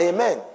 Amen